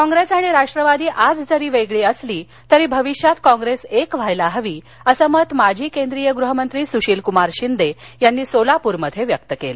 काँप्रेस आणि राष्ट्रवादी आज जरी वेगळी असली तरी भविष्यात काँप्रेस एक व्हायला हवी असं मत माजी केंद्रीय गुहमंत्री सूशीलकुमार शिंदे यांनीसोलापरातव्यक्त केलं